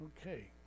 Okay